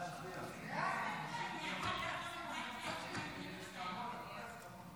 ההצעה להעביר את הנושא לוועדת החוץ והביטחון נתקבלה.